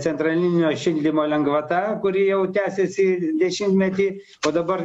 centralilinio šildymo lengvata kuri jau tęsiasi dešimtmetį o dabar